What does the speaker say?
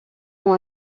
ont